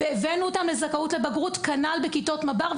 והבאנו אותם לזכאות לבגרות, כנ״ל בכיתות מב״ר.